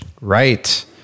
Right